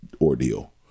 ordeal